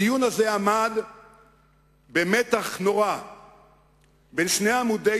הדיון הזה עמד במתח נורא בין שני עמודי